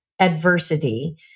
adversity